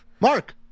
Mark